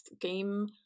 game